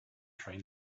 train